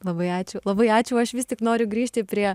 labai ačiū labai ačiū aš vis tik noriu grįžti prie